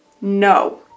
No